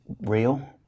real